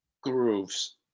grooves